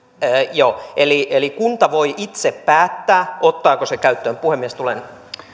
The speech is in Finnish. joo eli kunta voi itse päättää ottaako se käyttöön puhemies tulen